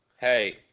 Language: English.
Hey